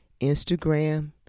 Instagram